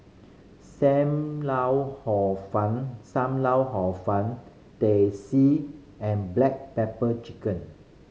lau Hor Fun Sam Lau Hor Fun Teh C and black pepper chicken